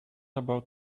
about